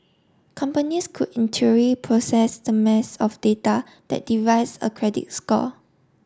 companies could in theory process the mass of data that devise a credit score